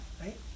right